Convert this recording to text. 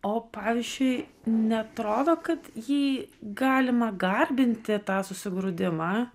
o pavyzdžiui neatrodo kad jį galima garbinti tą susigrūdimą